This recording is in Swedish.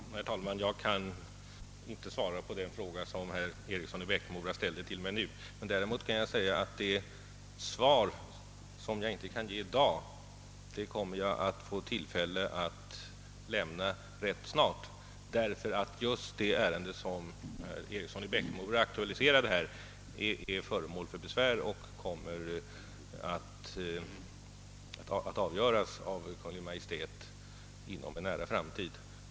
Herr talman! Jag kan inte svara på den fråga, som herr Eriksson i Bäckmora nu ställde till mig, men jag kan däremot säga att det svar som jag inte kan ge i dag kommer jag att få tillfälle att lämna rätt snart, ty just det ärende som herr Eriksson i Bäckmora här aktualiserade är föremål för besvär och kommer att avgöras av Kungl. Maj:t inom en nära framtid.